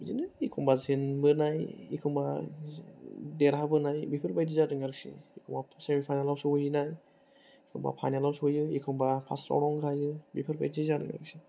बिदिनो एखनबा जेनबोना एखनबा देरहाबोनाय बेफोरबादि जादों आरोखि माब्लाबा सेमि फाइनेलाव सहैनाय एखनबा फाइनेलाव एखनबा फार्स्ट राउन्दावनो गायो बेफोरबादि जादों आरोखि